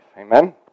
Amen